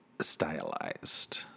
stylized